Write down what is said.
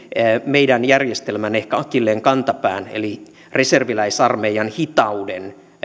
meidän järjestelmämme ehkä akilleenkantapään eli reserviläisarmeijan hitauden